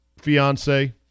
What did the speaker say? fiance